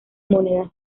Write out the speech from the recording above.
monedas